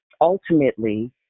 ultimately